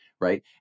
right